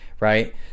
right